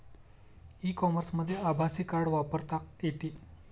E कॉमर्समध्ये आभासी card वापरता येते